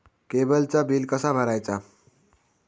केबलचा बिल कसा भरायचा?